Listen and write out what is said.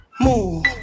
move